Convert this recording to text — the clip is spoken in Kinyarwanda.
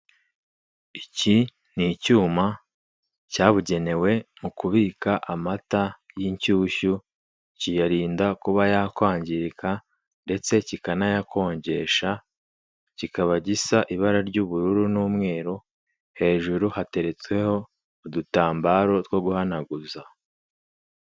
Iki ni icyuma cyabugenewe mu kubika amata y'inshyushyu, kiyarinda kuba yakwangirika ndetse kikanayakonjesha, kikaba gisa ibara ry'ubururu n'umweru, hejuru hateretseho udutambaro two guhanaguza.